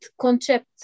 concept